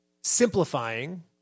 simplifying